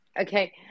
Okay